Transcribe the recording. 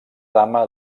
dama